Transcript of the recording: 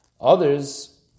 Others